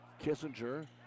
kissinger